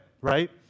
right